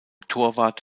torwart